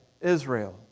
Israel